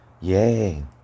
Yay